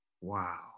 Wow